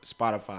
Spotify